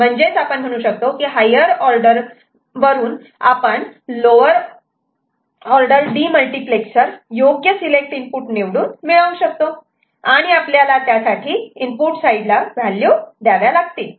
म्हणजेच higher order वरून आपण लोवर ऑर्डर डीमल्टिप्लेक्सर योग्य सिलेक्ट इनपुट निवडून मिळवू शकतो आणि आपल्याला त्यासाठी इनपुट साईडला व्हॅल्यू द्याव्या लागतील